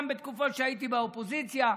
גם בתקופות שהייתי באופוזיציה.